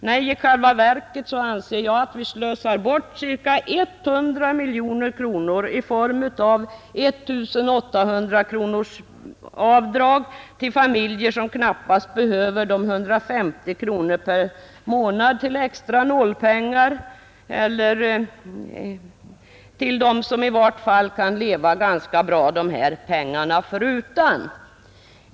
Nej, i själva verket anser jag att vi slösar bort ca 100 miljoner kronor i form av 1 800-kronorsavdrag till familjer, som knappast behöver de 150 kronorna per månad till extra nålpengar eller till dem som i vart fall kan leva ganska bra de här pengarna förutan.